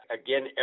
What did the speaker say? again